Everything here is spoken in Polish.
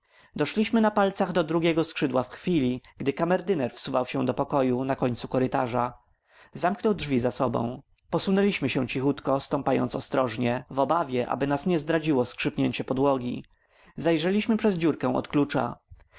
doszliśmy na palcach do drugiego skrzydła w chwili gdy kamerdyner wsuwał się do pokoju na końcu korytarza zamknął drzwi za sobą podsunęliśmy się cichutko stąpając ostrożnie w obawie aby nas nie zdradziło skrzypnięcie podłogi zajrzeliśmy przez dziurkę od klucza